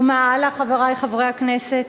ומה הלאה, חברי חברי הכנסת?